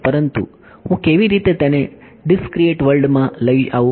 પરંતુ હું કેવી રીતે તેને ડિસક્રિએટ વર્લ્ડ માં લઈ આવું